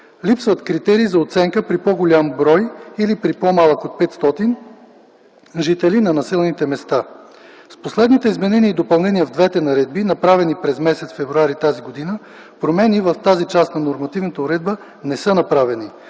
Липсват критерии за оценка при по-голям или по-малък брой от 500 жители на населените места. С последните изменения и допълнения в двете наредби, направени през м. февруари 2010 г., промени в тази част на нормативната уредба не са направени.